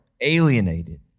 alienated